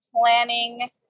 planning